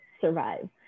survive